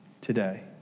today